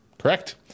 Correct